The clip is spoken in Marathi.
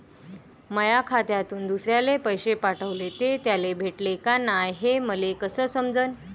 माया खात्यातून दुसऱ्याले पैसे पाठवले, ते त्याले भेटले का नाय हे मले कस समजन?